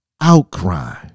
outcry